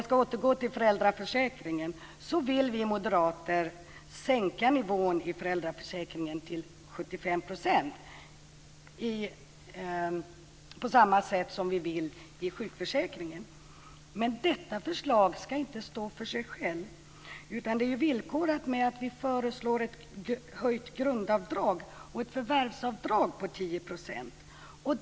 Vi moderater vill sänka nivån i föräldraförsäkringen till 75 % på samma sätt som i sjukförsäkringen. Men detta förslag ska inte stå för sig självt, utan det är villkorat med att vi föreslår ett höjt grundavdrag och ett förvärvsavdrag på 10 %.